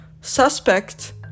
suspect